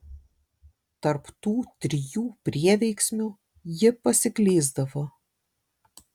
tarp tų trijų prieveiksmių ji pasiklysdavo